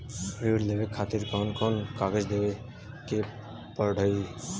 ऋण लेवे के खातिर कौन कोन कागज देवे के पढ़ही?